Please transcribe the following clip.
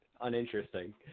uninteresting